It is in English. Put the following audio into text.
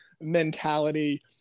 mentality